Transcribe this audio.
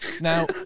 Now